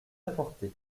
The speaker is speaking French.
apporter